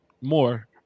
More